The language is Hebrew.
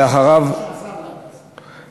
שר האוצר שעזר ל"הדסה".